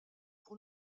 pour